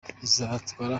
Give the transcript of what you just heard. izatwara